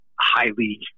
highly